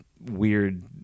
weird